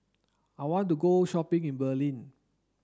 I want to go shopping in Berlin